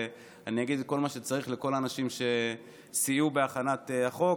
ואני אגיד את כל מה שצריך לכל האנשים שסייעו בהכנת החוק.